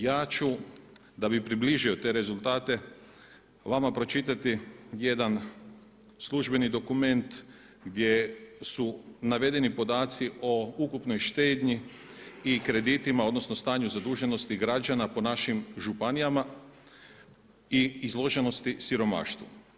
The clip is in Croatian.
Ja ću da bih približio te rezultate vama pročitati jedan službeni dokument gdje su navedeni podaci o ukupnoj štednji i kreditima, odnosno stanju zaduženosti građana po našim županijama i izloženosti siromaštvu.